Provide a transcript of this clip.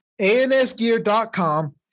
ansgear.com